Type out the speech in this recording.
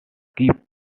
keep